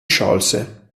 sciolse